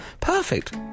Perfect